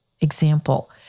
Example